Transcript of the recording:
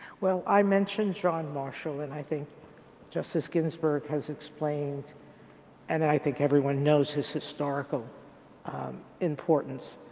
well i mentioned john marshall and i think justice ginsburg has explained and i think everyone knows his historical importance.